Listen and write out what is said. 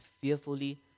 fearfully